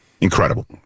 Incredible